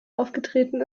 aufgetreten